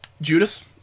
Judas